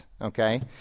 okay